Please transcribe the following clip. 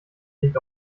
nicht